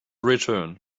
return